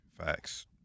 facts